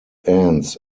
ends